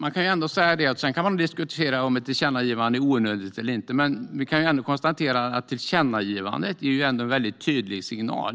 Man kan diskutera om ett tillkännagivande är onödigt eller inte, men tillkännagivandet ger ändå en väldigt tydlig signal